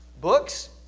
books